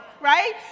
right